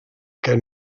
que